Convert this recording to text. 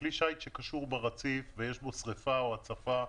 כלי שיט שקשור ברציף ויש בו שריפה או הצפה,